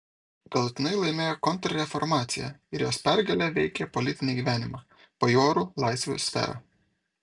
galutinai laimėjo kontrreformacija ir jos pergalė veikė politinį gyvenimą bajorų laisvių sferą